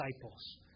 disciples